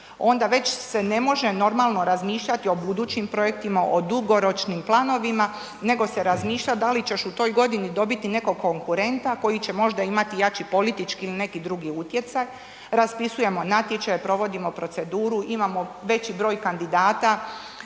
Onda već se ne može normalno razmišljati o budućim projektima o dugoročnim planovima nego se razmišlja da li će u toj godini dobiti nekog konkurenta koji će možda imati jači politički ili neki drugi utjecaj, raspisujemo natječaje, provodimo proceduru, imamo veći broj kandidata,